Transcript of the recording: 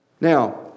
Now